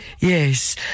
Yes